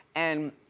and